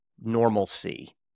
normalcy